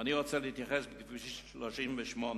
ואני רוצה להתייחס לכביש 38,